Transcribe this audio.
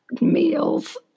meals